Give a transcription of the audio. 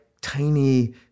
tiny